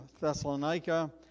Thessalonica